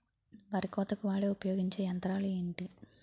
వరి కోతకు వాడే ఉపయోగించే యంత్రాలు ఏంటి?